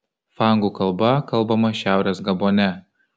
fangų kalba kalbama šiaurės gabone